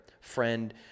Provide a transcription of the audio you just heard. friend